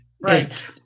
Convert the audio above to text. Right